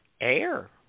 air